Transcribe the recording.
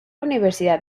universidad